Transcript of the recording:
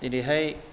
दिनैहाय